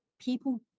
people